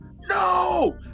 No